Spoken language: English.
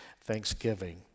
Thanksgiving